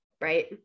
right